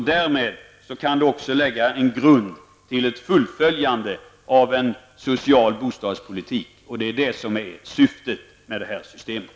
Därmed kan det också läggas en grund för fullföljandet av en social bostadspolitik, och det är det som är syftet med systemet.